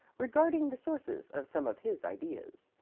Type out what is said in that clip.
regarding the sources of some of his ideas.